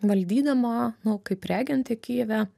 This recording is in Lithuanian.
valdydama nu kaip regentė kijeve